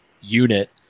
unit